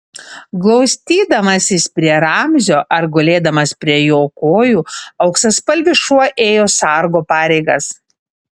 glaustydamasis prie ramzio ar gulėdamas prie jo kojų auksaspalvis šuo ėjo sargo pareigas